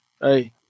Hey